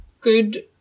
good